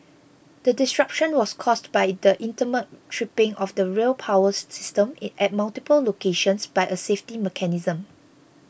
the disruption was caused by the intermittent tripping of the rail power system at multiple locations by a safety mechanism